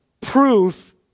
proof